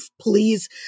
please